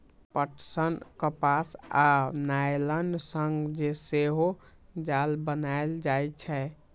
पटसन, कपास आ नायलन सं सेहो जाल बनाएल जाइ छै